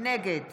נגד